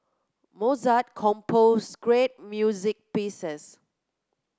Mozart composed great music pieces